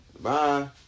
Bye